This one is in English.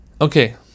Okay